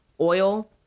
oil